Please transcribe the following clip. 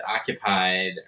occupied